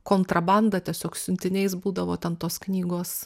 kontrabanda tiesiog siuntiniais būdavo ten tos knygos